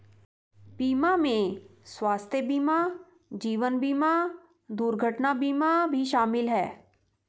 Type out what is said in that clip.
बीमा में स्वास्थय बीमा जीवन बिमा दुर्घटना बीमा भी शामिल है